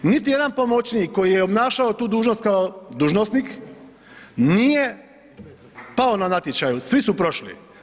Niti jedan pomoćnik koji je obnašao tu dužnost kao dužnosnik nije pao na natječaju, svi su prošli.